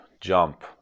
jump